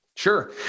Sure